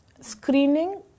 screening